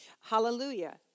Hallelujah